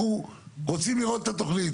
אנחנו רוצים לראות את התוכנית,